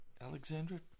Alexandra